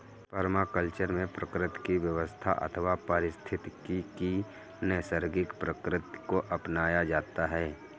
permaculture में प्रकृति की व्यवस्था अथवा पारिस्थितिकी की नैसर्गिक प्रकृति को अपनाया जाता है